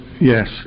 Yes